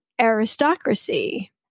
aristocracy